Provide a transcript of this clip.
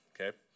okay